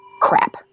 crap